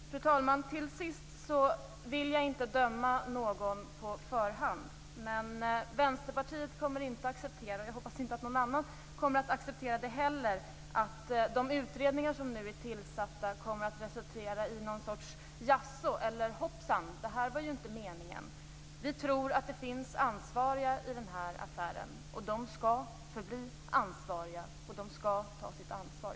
Fru talman! Till sist vill jag inte döma någon på förhand, men Vänsterpartiet kommer inte att acceptera - och jag hoppas att ingen annan gör det heller - att de utredningar som nu är tillsatta resulterar i någon sorts "jaså" eller "hoppsan, det här var ju inte meningen". Vi tror att det finns ansvariga i den här affären. De skall förbli ansvariga, och de skall ta sitt ansvar.